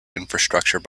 infrastructure